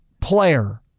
player